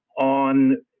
on